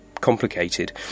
complicated